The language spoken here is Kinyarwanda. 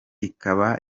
ikaba